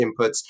inputs